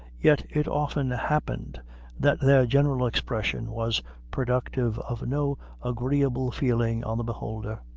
yet it often happened that their general expression was productive of no agreeable feeling on the beholder.